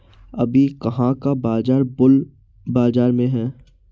अभी कहाँ का बाजार बुल बाजार में है?